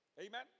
Amen